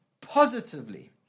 positively